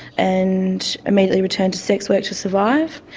and immediately returned to sex-work to survive,